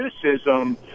criticism